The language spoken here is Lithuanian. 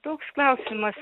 toks klausimas